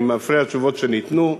אני מפנה לתשובות שניתנו.